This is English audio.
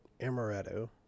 Amaretto